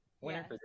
Winner